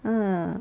ah